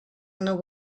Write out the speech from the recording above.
not